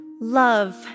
love